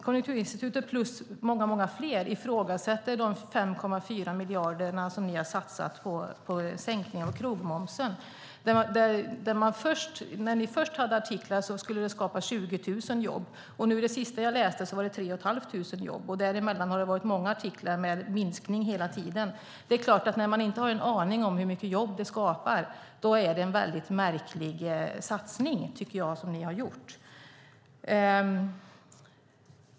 Konjunkturinstitutet och många andra ifrågasätter de 5,4 miljarder som regeringen satsat på sänkningen av krogmomsen. Enligt de första artiklarna skulle det skapa 20 000 jobb, men det senaste jag läste handlade om 3 500 jobb. Däremellan har det skrivits många artiklar och antalet har hela tiden minskat. När man inte har en aning om hur många jobb det skapar är det en mycket märklig satsning som gjorts.